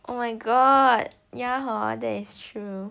oh my god ya hor that's true